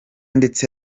ndetse